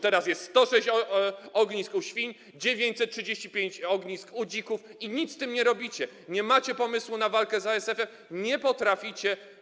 Teraz jest 106 ognisk wśród świń, 935 ognisk wśród dzików i nic z tym nie robicie, nie macie pomysłu na walkę z ASF-em, nie potraficie.